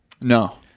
No